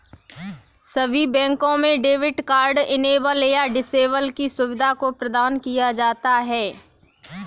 सभी बैंकों में डेबिट कार्ड इनेबल या डिसेबल की सुविधा को प्रदान किया जाता है